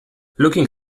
looking